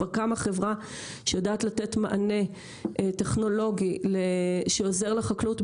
קמה חברה שיודעת לתת מענה טכנולוגי שעוזר לחקלאות,